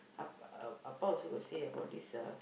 Ap~ uh Appa also got say about this uh